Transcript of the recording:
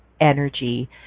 energy